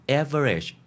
average